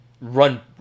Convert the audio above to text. run